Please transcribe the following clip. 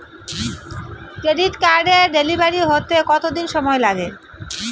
Credit কার্ডের delivery হতে কতদিন সময় লাগে?